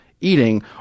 eating